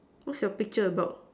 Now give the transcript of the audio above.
what's your picture about